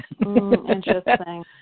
Interesting